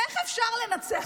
איך אפשר לנצח,